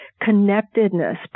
connectedness